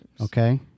Okay